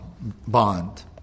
bond